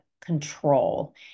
control